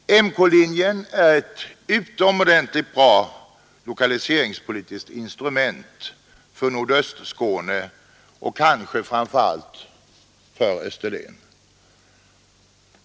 Malmö-Köpenhamnlinjen är ett utomordentligt bra lokaliseringspolitiskt instrument för Nordöstskåne och kanske framför allt för Österlen.